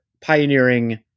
pioneering